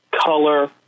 color